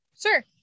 Sure